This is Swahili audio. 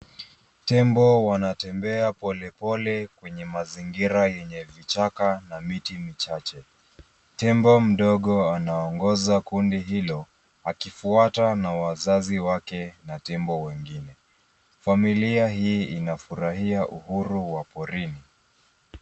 Tembo wanatembea polepole kwenye mazingira yenye vichaka na miti michache. Tembo mdogo anaongoza kundi hilo, akifuatwa na wazazi wake na tembo wengine. Familia hii inafurahia uhuru wa porini.